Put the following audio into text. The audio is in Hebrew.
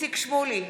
איציק שמולי,